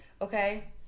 Okay